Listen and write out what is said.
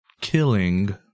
killing